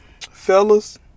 Fellas